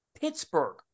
Pittsburgh